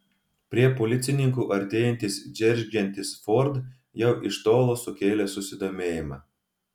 prie policininkų artėjantis džeržgiantis ford jau iš tolo sukėlė susidomėjimą